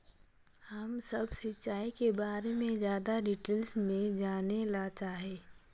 हम सब सिंचाई के बारे में ज्यादा डिटेल्स में जाने ला चाहे?